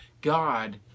God